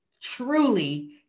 truly